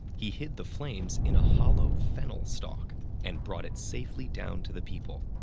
he hid the flames in a hollow fennel stalk and brought it safely down to the people.